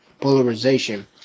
polarization